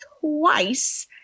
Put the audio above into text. twice